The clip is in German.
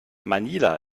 manila